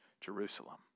Jerusalem